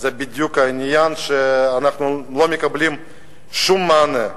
זה בדיוק העניין שאנחנו לא מקבלים בו שום מענה.